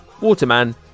Waterman